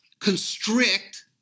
constrict